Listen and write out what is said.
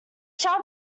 shall